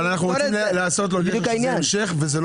אבל אנחנו רוצים לעשות שיהיה לזה המשך.